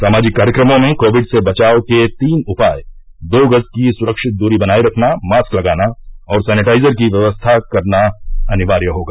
सामाजिक कार्यक्रमों में कोविड से बचाव के तीन उपाय दो गज की सुरक्षित दूरी बनाए रखना मास्क लगाना और सैनेटाइजर की व्यवस्था करना अनिवार्य होगा